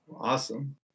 Awesome